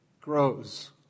grows